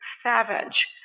savage